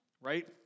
right